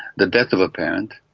the death of a parent,